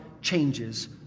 changes